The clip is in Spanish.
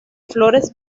flores